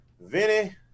Vinny